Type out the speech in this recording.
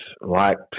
liked